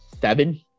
seven